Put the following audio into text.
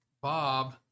Bob